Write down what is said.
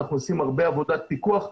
אנחנו עושים הרבה עבודת פיקוח,